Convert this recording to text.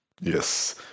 yes